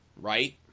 right